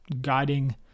guiding